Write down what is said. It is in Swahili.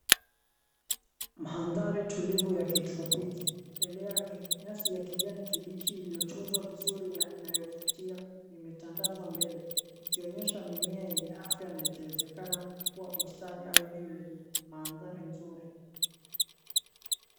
Mandhari tulivu ya kitropiki, mbele yake nyasi ya kijani kibichi inayotunza vizuri na inayovutia imetandazwa mbele, ikionyesha mimea yenye afya na ikiwezekana kuwa bustani au eneo lenye mandhari nzuri.